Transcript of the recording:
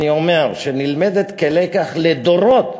שנלמדת כלקח לדורות,